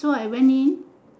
so I went in